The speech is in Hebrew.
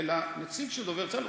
אלא נציג של דובר צה"ל,